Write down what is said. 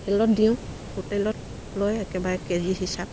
হোটেলত দিওঁ হোটেলত লৈ একেবাৰে কেজি হিচাপ